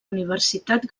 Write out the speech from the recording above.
universitat